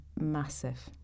massive